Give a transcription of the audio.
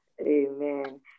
Amen